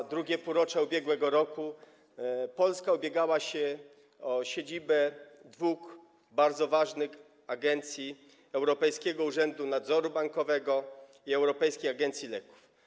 W II półroczu ub.r. Polska ubiegała się o siedzibę dwóch bardzo ważnych agencji: Europejskiego Urzędu Nadzoru Bankowego i Europejskiej Agencji Leków.